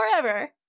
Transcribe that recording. forever